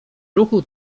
ruchu